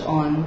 on